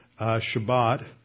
Shabbat